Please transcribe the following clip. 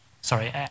sorry